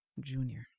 Junior